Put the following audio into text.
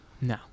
No